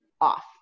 off